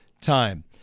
time